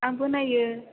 आंबो नायो